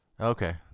Okay